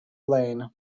lane